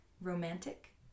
romantic